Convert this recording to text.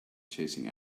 chasing